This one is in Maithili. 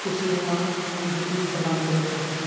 खुशीनुमा अनुभूति प्रदान करैत अछि